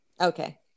Okay